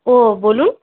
ও বলুন